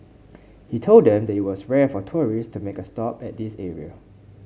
he told them that it was rare for tourists to make a stop at this area